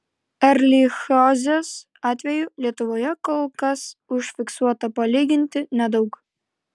erlichiozės atvejų lietuvoje kol kas užfiksuota palyginti nedaug